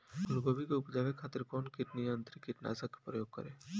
फुलगोबि के उपजावे खातिर कौन कीट नियंत्री कीटनाशक के प्रयोग करी?